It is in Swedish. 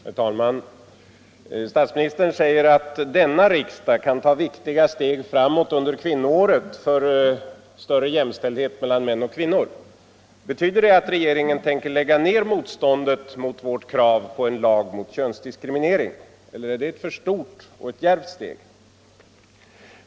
Herr talman! Statsministern säger att denna riksdag kan ta viktiga steg framåt under kvinnoåret mot större jämställdhet mellan män och kvinnor. Betyder det att regeringen tänker lägga ned motståndet mot vårt krav på en lag mot könsdiskriminering? Eller är det ett för stort och djärvt steg?